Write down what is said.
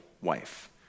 wife